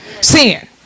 sin